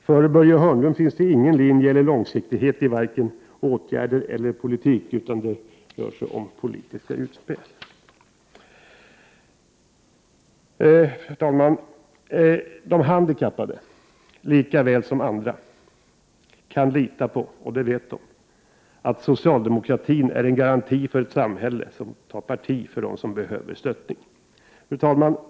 Hos Börje Hörnlund finns det ingen linje eller långsiktighet i vare sig åtgärder eller politik — det rör sig om politiska utspel. Fru talman! De handikappade kan lika väl som andra grupper lita på — och det vet de — att socialdemokratin är en garanti för ett samhälle som tar parti för dem som behöver stöttas. Fru talman!